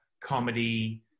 comedy